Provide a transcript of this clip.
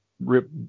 Rip